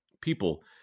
people